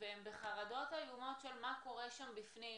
הם בחרדות איומות של מה קורה שם בפנים,